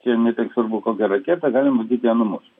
čia ne tiek svarbu kokia raketa gali matyt ją numušt